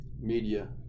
media